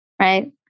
right